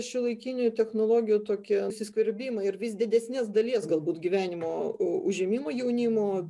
šiuolaikinių technologijų tokie įsiskverbimai ir vis didesnės dalies galbūt gyvenimo užėmimo jaunimo